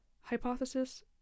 hypothesis